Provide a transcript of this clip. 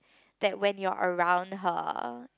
that when you are around her